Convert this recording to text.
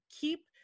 keep